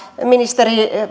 ministeri